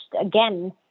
again